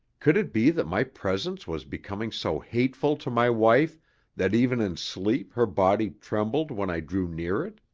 could it be that my presence was becoming so hateful to my wife that even in sleep her body trembled when i drew near it?